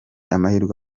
amahirwe